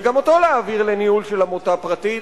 וגם אותו להעביר לניהול של עמותה פרטית.